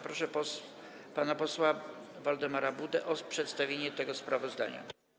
Proszę pana posła Waldemara Budę o przedstawienie sprawozdania.